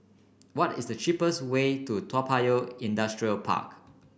what is the cheapest way to Toa Payoh Industrial Park